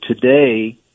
today